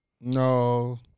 No